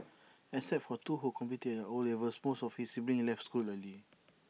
except for two who completed their O levels most of his siblings left school early